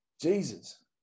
Jesus